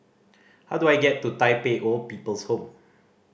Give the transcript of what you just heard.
how do I get to Tai Pei Old People's Home